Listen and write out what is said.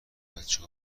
بچه